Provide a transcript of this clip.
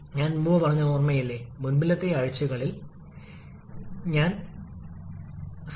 അതിനാൽ സിസ്റ്റത്തിന് രണ്ട് ഘട്ട കംപ്രഷനും അതിനിടയിൽ ഒരു ഇന്റർകൂളറും ഉള്ളപ്പോൾ നമുക്ക് ലഭിക്കുന്നത് ഇതാണ്